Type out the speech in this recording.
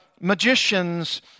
magicians